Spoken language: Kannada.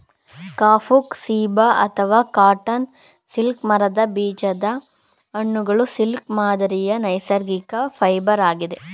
ಕಫುಕ್ ಸೀಬಾ ಅಥವಾ ಕಾಟನ್ ಸಿಲ್ಕ್ ಮರದ ಬೀಜದ ಹಣ್ಣುಗಳು ಸಿಲ್ಕ್ ಮಾದರಿಯ ನೈಸರ್ಗಿಕ ಫೈಬರ್ ಆಗಿದೆ